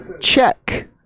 Check